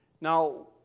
Now